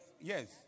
Yes